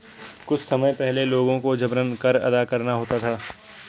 कुछ समय पहले लोगों को जबरन कर अदा करना होता था